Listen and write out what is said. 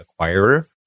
acquirer